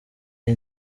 iyi